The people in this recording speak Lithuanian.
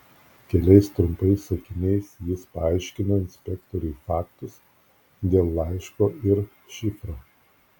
keliais trumpais sakiniais jis paaiškino inspektoriui faktus dėl laiško ir šifro